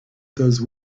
those